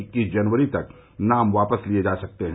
इक्कीस जनवरी तक नामांकन वापस लिए जा सकते है